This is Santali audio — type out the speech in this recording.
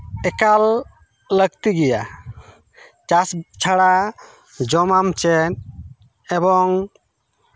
ᱮᱠᱟᱞ ᱞᱟᱹᱠᱛᱤ ᱜᱮᱭᱟ ᱪᱟᱥ ᱪᱷᱟᱲᱟ ᱡᱚᱢᱟᱢ ᱪᱮᱫ ᱮᱵᱚᱝ